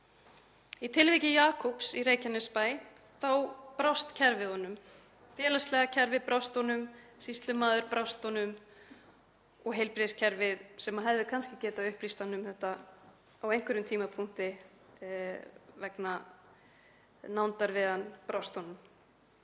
Í tilviki Jakubs í Reykjanesbæ brást kerfið honum. Félagslega kerfið brást honum, sýslumaður brást honum og heilbrigðiskerfið, sem hefði kannski getað upplýst hann um þetta á einhverjum tímapunkti vegna nándar sinnar við hann, brást honum.